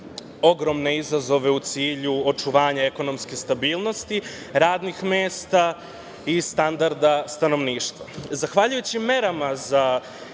ogromne izazove u cilju očuvanja ekonomske stabilnosti radnih mesta i standarda stanovništva.